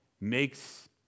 makes